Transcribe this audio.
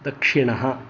दक्षिणः